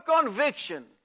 conviction